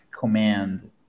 command